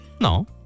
No